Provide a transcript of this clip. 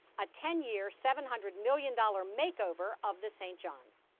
a ten-year, seven hundred million dollar makeover of the st. johns.